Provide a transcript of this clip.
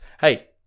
hey